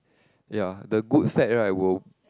ya the good fat right will